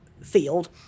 field